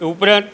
ઉપરાંત